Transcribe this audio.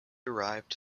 derived